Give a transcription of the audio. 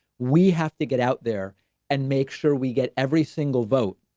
we have to get out there and make sure we get every single vote.